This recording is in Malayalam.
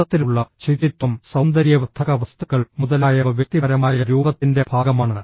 മൊത്തത്തിലുള്ള ശുചിത്വം സൌന്ദര്യവർദ്ധക വസ്തുക്കൾ മുതലായവ വ്യക്തിപരമായ രൂപത്തിന്റെ ഭാഗമാണ്